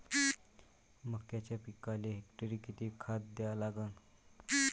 मक्याच्या पिकाले हेक्टरी किती खात द्या लागन?